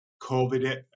COVID